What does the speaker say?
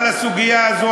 אבל הסוגיה הזו,